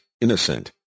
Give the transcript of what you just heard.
innocent